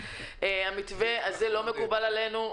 המתווה הזה לא מקובל עלינו.